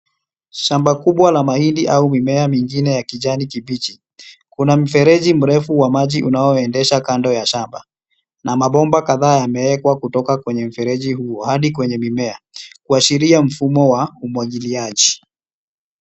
Shamba kubwa la mahindi au mimea mingine ya kijani kibichi kuna mfereji mrefu wa maji unaoendesha kando ya shamba na mabomba kadhaa yameekwa kutoka kwenye mfereji huo hadi kwenye mimea kuashiria mfumo wa umwagiliaji